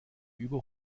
über